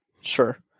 Sure